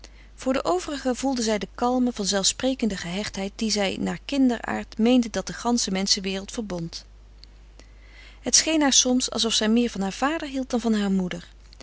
voor de overigen voelde zij de kalme van zelf sprekende gehechtheid die zij naar kinderaard meende dat de gansche menschenwereld verbond het scheen haar soms alsof zij meer van haar vader hield dan van haar moeder